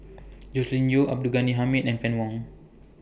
Joscelin Yeo Abdul Ghani Hamid and Fann Wong